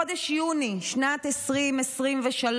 חודש יוני שנת 2023,